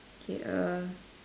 okay err